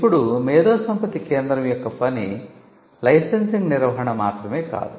ఇప్పుడు మేధోసంపత్తి కేంద్రం యొక్క పని లైసెన్సింగ్ నిర్వహణ మాత్రమే కాదు